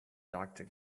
doctor